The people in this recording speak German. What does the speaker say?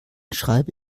schreibe